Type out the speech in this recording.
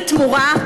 בתמורה,